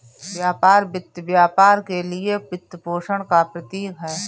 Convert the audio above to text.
व्यापार वित्त व्यापार के लिए वित्तपोषण का प्रतीक है